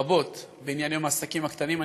רבות בענייני העסקים הקטנים,